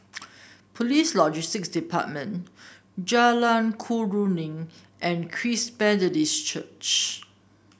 Police Logistics Department Jalan Keruing and Christ Church